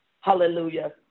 hallelujah